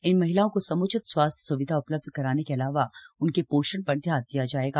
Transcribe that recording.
इन महिलाओं को सम्चित स्वास्थ्य सुविधा उपलब्ध कराने के अलावा उनके पोषण पर ध्यान दिया जायेगा